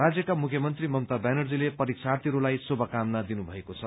राज्यका मुख्यमन्त्री ममता व्यानर्जीले परीक्षार्थीहरूलाई शुभकामना दिनुभएको छ